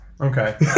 okay